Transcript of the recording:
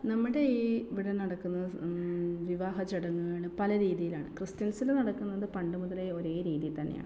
നമ്മുടെ ഈ ഇവിടെ നടക്കുന്ന വിവാഹ ചടങ്ങുകൾ പല രീതിയിലാണ് ക്രിസ്ത്യൻസിന് നടക്കുന്നത് പണ്ട് മുതലേ ഒരേ രീതീ തന്നെയാണ്